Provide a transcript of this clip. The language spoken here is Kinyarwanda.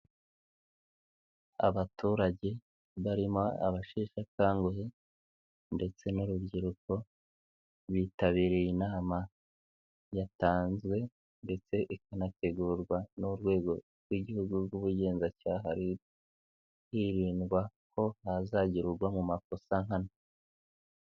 Abaturage barimo abasheshakanguhe ndetse n'urubyiruko bitabiriye inama yatanzwe ndetse ikanategurwa n'Urwego rw'Igihugu rw'Ubugenzacyaha RIB, hirindwa ko hazagira urwa mu makosa nkana.